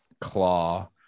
claw